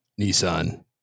Nissan